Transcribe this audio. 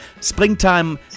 Springtime